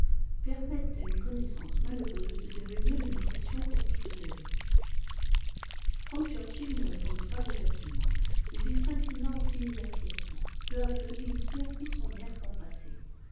permettent à une connaissance malheureuse de devenir une oppression pour toute la vie frank churchill ne répondit pas directement mais il s'inclina en signe d'acquiescement peu à peu il perdit son air compassé